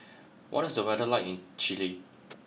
what is the weather like in Chile